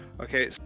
Okay